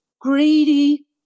greedy